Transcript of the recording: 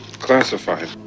classified